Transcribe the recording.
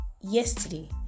yesterday